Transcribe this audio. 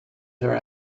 her